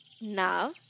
Now